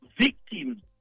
victims